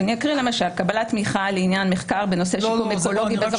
אקריא למשל: קבלת תמיכה לעניין מחקר בנושא שיקום אקולוגי --- לא,